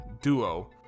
duo